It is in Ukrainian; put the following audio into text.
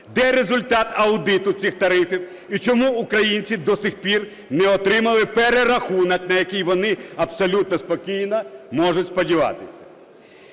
де результат аудиту цих тарифів? І чому українці до сих пір не отримали перерахунок, на який вони абсолютно спокійно можуть сподіватись?